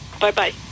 Bye-bye